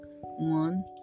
one